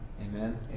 Amen